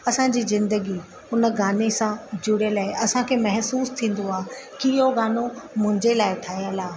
असांजी ज़िंदगी हुन गाने सां जुड़ियल आहे असांखे महसूस थींदो आहे की इहो गानो मुंहिंजे लाइ ठहियलु आहे